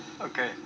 Okay